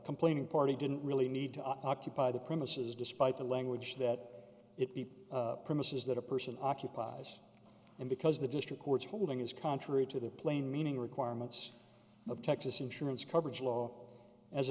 complaining party didn't really need to occupy the premises despite the language that it promises that a person occupies and because the district court's ruling is contrary to the plain meaning requirements of texas insurance coverage law as